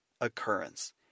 occurrence